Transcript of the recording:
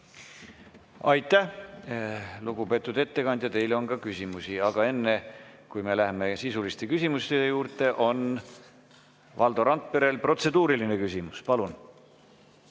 Aitäh, lugupeetud ettekandja! Teile on ka küsimusi. Aga enne, kui me läheme sisuliste küsimuste juurde, on Valdo Randperel protseduuriline küsimus. Palun!